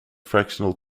fractional